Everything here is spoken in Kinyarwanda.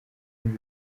muri